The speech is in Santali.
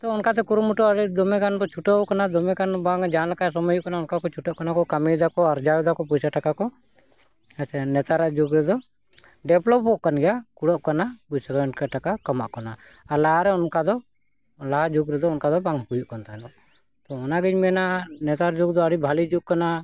ᱛᱚ ᱚᱱᱠᱟᱛᱮ ᱠᱩᱨᱩᱢᱩᱴᱩ ᱟᱹᱰᱤ ᱫᱚᱢᱮ ᱜᱟᱱ ᱵᱚᱱ ᱪᱷᱩᱴᱟᱹᱣ ᱠᱟᱱᱟ ᱫᱚᱢᱮ ᱜᱟᱱ ᱵᱟᱝ ᱡᱟᱦᱟᱸ ᱞᱮᱠᱟ ᱥᱚᱢᱚᱭ ᱦᱩᱭᱩᱜ ᱠᱟᱱᱟ ᱚᱱᱠᱟ ᱠᱚ ᱪᱷᱩᱴᱟᱹᱜ ᱠᱟᱱᱟ ᱠᱚ ᱠᱟᱹᱢᱤᱭᱮᱫᱟᱠᱚ ᱟᱨᱡᱟᱣ ᱫᱟᱠᱚ ᱯᱚᱭᱥᱟ ᱴᱟᱠᱟ ᱠᱚ ᱦᱮᱸᱥᱮ ᱱᱮᱛᱟᱨᱟᱜ ᱡᱩᱜᱽ ᱨᱮᱫᱚ ᱰᱮᱵᱷᱞᱚᱯᱚᱜ ᱠᱟᱱ ᱜᱮᱭᱟ ᱠᱩᱲᱟᱹᱜ ᱠᱟᱱᱟ ᱯᱚᱭᱥᱟ ᱵᱟᱝ ᱠᱷᱟᱱ ᱴᱟᱠᱟ ᱠᱟᱢᱚᱜ ᱠᱟᱱᱟ ᱟᱨ ᱞᱟᱦᱟ ᱨᱮ ᱚᱱᱠᱟ ᱫᱚ ᱞᱟᱦᱟ ᱡᱩᱜᱽ ᱨᱮᱫᱚ ᱚᱱᱠᱟ ᱫᱚ ᱵᱟᱝ ᱦᱩᱭᱩᱜ ᱠᱟᱱ ᱛᱟᱦᱮᱱᱚᱜ ᱛᱚ ᱚᱱᱟᱜᱤᱧ ᱢᱮᱱᱟ ᱱᱮᱛᱟᱨ ᱡᱩᱜᱽ ᱫᱚ ᱟᱹᱰᱤ ᱵᱷᱟᱹᱞᱤ ᱡᱩᱜ ᱠᱟᱱᱟ